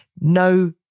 no